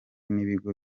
n’ibigo